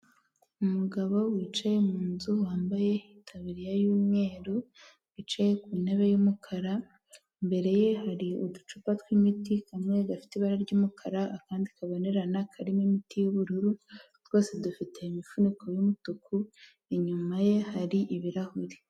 Umugabo wicaye mu nzu wambaye itaburiya y'umweru, wicaye ku ntebe y'umukara. Imbere ye hari uducupa tw'imiti, kamwe gafite ibara ry'umukara akandi kabonerana karimo imiti y'ubururu, twose dufite imifuniko y'umutuku. Inyuma ye hari ibirahure.